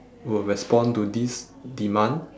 will respond to this demand